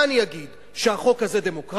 מה אני אגיד, שהחוק הזה דמוקרטי?